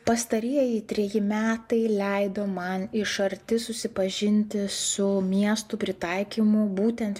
pastarieji treji metai leido man iš arti susipažinti su miestų pritaikymu būtent